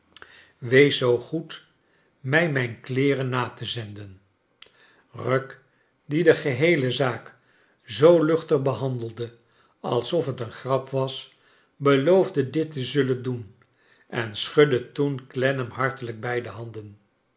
wees zoo goed mij mijn kleeren na te zenden rugg die de geheele zaak zoo luchtig behandelde alsof het een grap was beloofde dit te zullen doen en schudde toen clennam harteliik beide handen